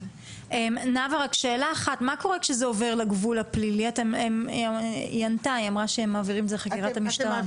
היא אמרה שכשזה עובר לגבול הפלילי הם מעבירים את זה לחקירת משטרה.